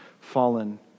fallen